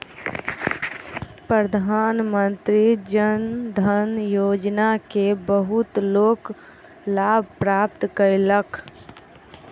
प्रधानमंत्री जन धन योजना के बहुत लोक लाभ प्राप्त कयलक